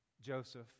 Joseph